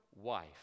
wife